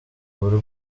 ubu